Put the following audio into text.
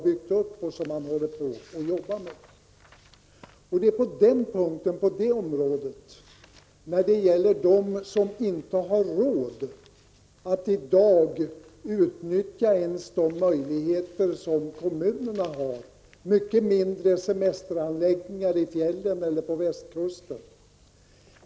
Det finns människor som i dag inte har råd att utnyttja ens de möjligheter kommunerna har, mycket mindre semesteranläggningar i fjällen eller på Västkusten.